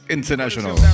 International